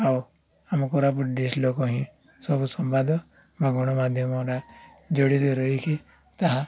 ଆଉ ଆମ କୋରାପୁଟ ଡିଷ୍ଟ୍ରିକ୍ଟ ଲୋକ ହିଁ ସବୁ ସମ୍ବାଦ ବା ଗଣମାଧ୍ୟମଟା ଯୋଡ଼ି ରହିଛିି ତାହା